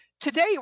today